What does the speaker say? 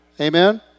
Amen